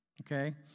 Okay